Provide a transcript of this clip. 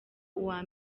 uwa